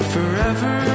Forever